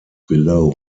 below